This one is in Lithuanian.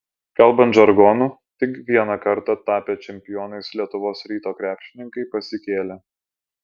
kalbant žargonu tik vieną kartą tapę čempionais lietuvos ryto krepšininkai pasikėlė